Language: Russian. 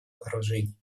вооружений